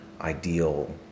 ideal